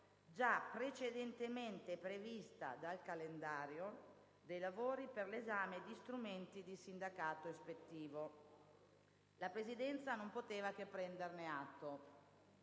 già precedentemente prevista dal calendario dei lavori per l'esame di strumenti di sindacato ispettivo. La Presidenza non poteva che prenderne atto.